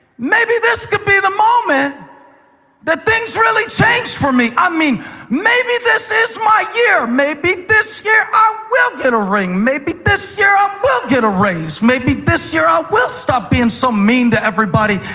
maybe this could be the moment that things really change for me. i mean maybe this is my year. maybe this year i will get a ring. maybe this year i will get a raise. maybe this year i will stop being so mean to everybody,